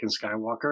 skywalker